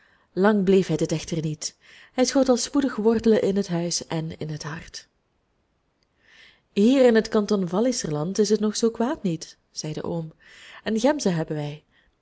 lang bleef hij dit echter niet hij schoot al spoedig wortelen in het huis en in het hart hier in het kanton walliserland is het nog zoo kwaad niet zei de oom en gemzen hebben wij